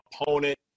opponent